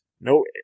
no